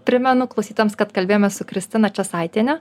primenu klausytojams kad kalbėjomės su kristina česaitiene